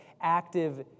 active